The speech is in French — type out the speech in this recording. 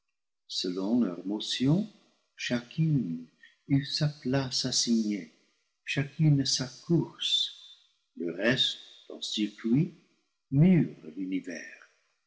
selon leur motion chacune eut sa place assignée chacune sa course le reste en circuit mure l'univers